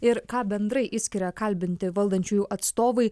ir ką bendrai išskiria kalbinti valdančiųjų atstovai